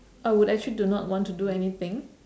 I would actually do not want to do anything